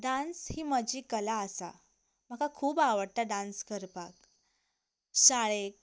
dance ही म्हजी कला आसा म्हाका खूब आवडटा डांस करपाक शाळेक